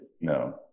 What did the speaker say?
no